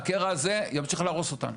הקרע הזה ימשיך להרוס אותנו.